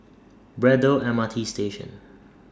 Braddell M R T Station